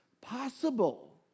possible